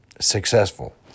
successful